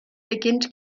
beginnt